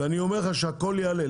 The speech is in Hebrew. ואני אומר לך שהכל יעלה.